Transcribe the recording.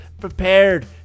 prepared